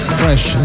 fresh